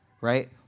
right